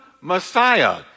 Messiah